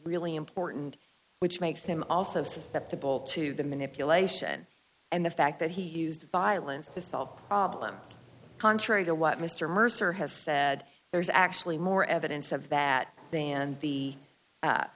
really important which makes him also stood up to bowl to the manipulation and the fact that he used violence to solve problems contrary to what mr mercer has said there's actually more evidence of that and the